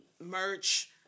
merch